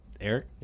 Eric